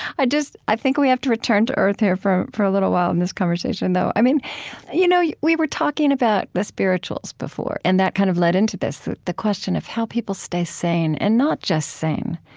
i just i think we have to return to earth here for for a little while in this conversation, though. i mean you know yeah we were talking about the spirituals before. and that kind of led into this, the the question of how people stay sane, and not just sane,